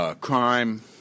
crime